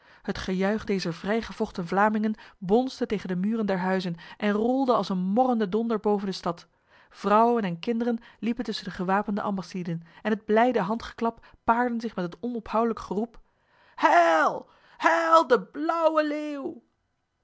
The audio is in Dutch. het gejuich dezer vrijgevochten vlamingen bonsde tegen de muren der huizen en rolde als een morrende donder boven de stad vrouwen en kinderen liepen tussen de gewapende ambachtslieden en het blijde handgeklap paarde zich met het onophoudelijk geroep heil heil de blauwe leeuw